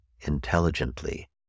intelligently